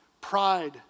pride